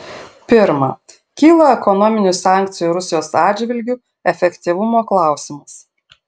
pirma kyla ekonominių sankcijų rusijos atžvilgiu efektyvumo klausimas